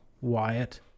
Wyatt